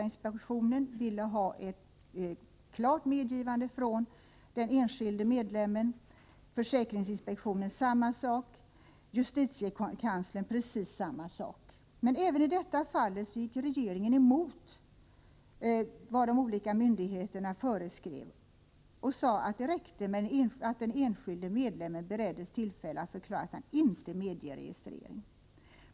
Datainspektionen ville ha ett klart medgivande från den enskilde medlemmen. Detsamma gällde försäkringsinspektionen och justitiekanslern. Men även i detta fall gick regeringen emot vad de olika myndigheterna föreskrivit och sade att det räckte med att den enskilde medlemmen bereddes tillfälle att förklara att hon eller han inte medger registrering.